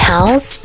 House